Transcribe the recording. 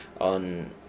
on